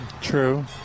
True